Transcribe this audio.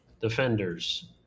Defenders